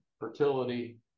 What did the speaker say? fertility